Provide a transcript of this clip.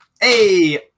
Hey